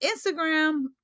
instagram